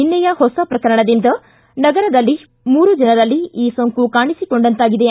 ಇಂದಿನ ಹೊಸ ಪ್ರಕರಣದಿಂದ ನಗರದಲ್ಲಿ ಮೂರು ಜನರಲ್ಲಿ ಈ ಸೋಂಕು ಕಾಣಿಸಿಕೊಂಮಂತಾಗಿದೆ